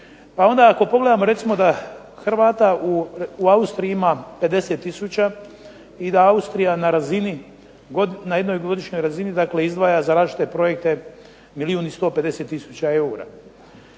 Pa onda ako pogledamo recimo da Hrvata u Austriji ima 50000 i da Austrija na razini, na jednoj godišnjoj razini dakle izdvaja za različite projekte milijun i 150000 eura.